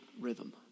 rhythm